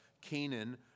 Canaan